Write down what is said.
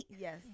Yes